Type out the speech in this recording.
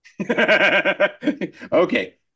Okay